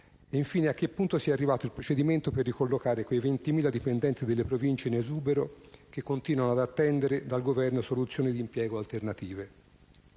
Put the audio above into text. infine, a che punto sia arrivato il procedimento per ricollocare quei 20.000 dipendenti delle Province in esubero che continuano ad attendere dal Governo soluzioni d'impiego alternative.